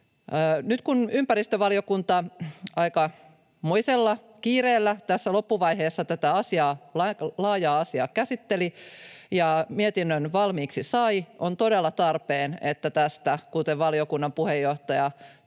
Nyt kun ympäristövaliokunta aikamoisella kiireellä tässä loppuvaiheessa tätä laajaa asiaa käsitteli ja mietinnön valmiiksi sai, on todella tarpeen, että tästä, kuten valiokunnan puheenjohtaja